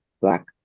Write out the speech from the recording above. Black